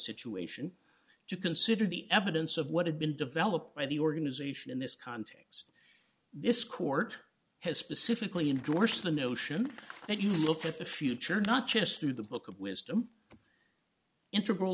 situation to consider the evidence of what had been developed by the organization in this context this court has specifically indorse the notion that you look at the future not just through the book of wisdom integral